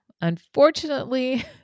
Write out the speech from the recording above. unfortunately